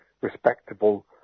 respectable